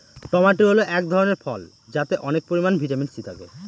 tomato হল এক ধরনের ফল যাতে অনেক পরিমান ভিটামিন সি থাকে